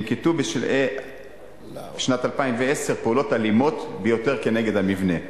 ננקטו בשלהי שנת 2010 פעולות אלימות ביותר כנגד המבנה,